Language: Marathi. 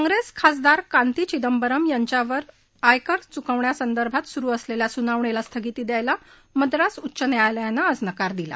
काँग्रेस खासदार कांर्ती चिदंबरम यांच्यावर आयकर चुकवण्यासंदर्भात सुरु असलेल्या सुनावणीला स्थगिती द्यायला मद्रास उच्च न्यायालयानं आज नकार दिला